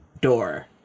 door